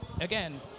again